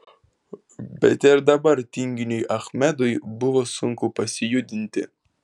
bet ir dabar tinginiui achmedui buvo sunku pasijudinti